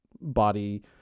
body